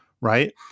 right